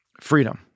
freedom